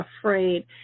afraid